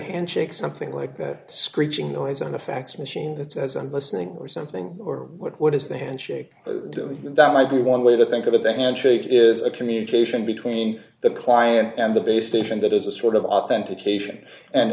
handshake so thing like that screeching noise on the fax machine that says i'm listening or something or what is the handshake that might be one way to think of it that entry it is a communication between the client and the base station that is a sort of authentic